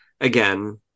again